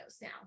now